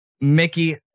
Mickey